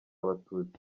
abatutsi